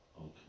Okay